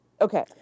Okay